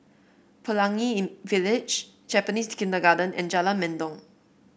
Pelangi in Village Japanese Kindergarten and Jalan Mendong